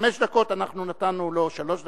חמש דקות אנחנו נתנו, לא שלוש דקות.